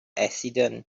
accident